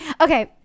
Okay